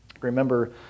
Remember